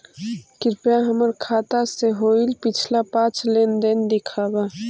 कृपा हमर खाता से होईल पिछला पाँच लेनदेन दिखाव